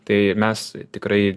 tai mes tikrai